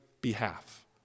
behalf